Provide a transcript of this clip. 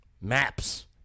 Maps